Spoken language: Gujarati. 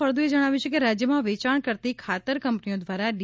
ફળદુએ જણાવ્યું છે કે રાજ્યમાં વેચાણ કરતી ખાતર કંપનીઓ દ્વાર ડી